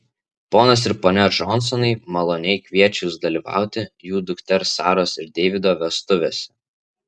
ponas ir ponia džonsonai maloniai kviečia jus dalyvauti jų dukters saros ir deivido vestuvėse